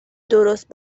درست